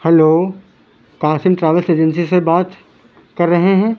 hello Qasim travel agency سے بات کر رہے ہیں